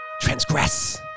transgress